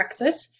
Brexit